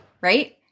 right